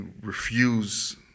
refuse